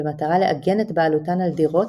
במטרה לעגן את בעלותן על דירות,